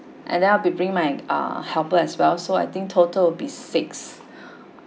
and then I'll be bring my ah helper as well so I think total will be six